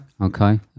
Okay